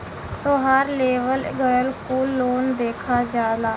तोहार लेवल गएल कुल लोन देखा जाला